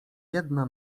jedna